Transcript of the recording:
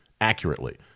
accurately